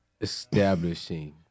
establishing